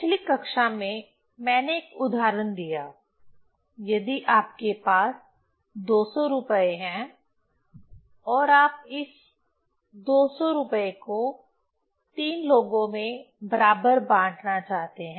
पिछली कक्षा में मैंने एक उदाहरण दिया यदि आपके पास 200 रुपये हैं और आप इस 200 रुपये को 3 लोगों में बराबर बांटना चाहते हैं